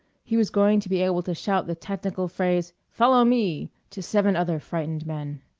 he was going to be able to shout the technical phrase, follow me! to seven other frightened men.